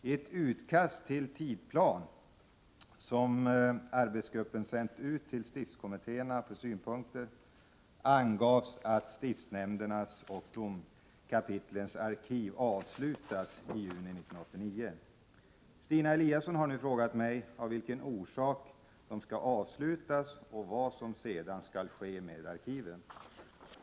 I ett utkast till tidsplan, som arbetsgruppen sänt ut till stiftskommittéerna för synpunkter, angavs att ”stiftsnämndernas och domkapitlens arkiv avslutas” i juni 1989. Stina Eliasson har nu frågat mig av vilken orsak de skall avslutas och vad som sedan skall ske med arkiven.